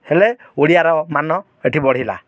ହେଲେ ଓଡ଼ିଆର ମାନ ଏଇଠି ବଢ଼ିଲା